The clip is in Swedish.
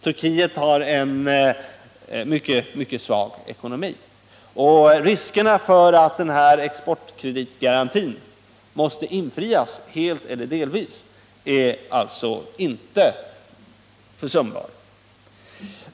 Turkiet har en mycket svag ekonomi, och riskerna för att exportkreditgarantin måste infrias helt eller delvis är alltså inte försumbara.